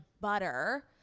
butter